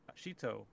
Ashito